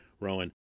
Rowan